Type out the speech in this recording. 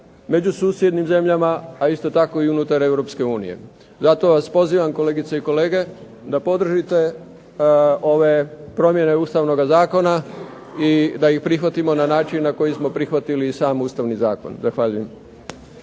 među susjednim zemljama, a isto tako i unutar Europske unije. Zato vas pozivam, kolegice i kolege, da podržite ove promjene ustavnoga zakona i da ih prihvatimo na način na koji smo prihvatili sam ustavni zakon. Zahvaljujem.